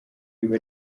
iba